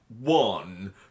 one